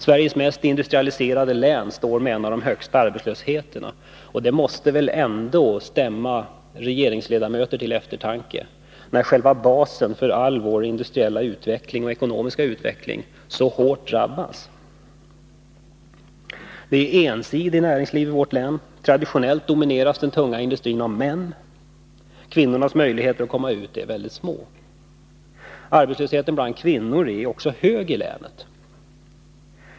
Sveriges mest industrialiserade län står för arbetslöshetssiffror som är bland de högsta, och det måste väl ändå stämma regeringsledamöter till eftertanke, när själva basen för hela vår industriella utveckling drabbas så hårt. Det är ett ensidigt näringsliv i vårt län. Traditionellt domineras den tunga industrin av män. Kvinnornas möjligheter att komma ut på arbetsmarknaden är väldigt små. Arbetslösheten bland kvinnor är också hög i länet.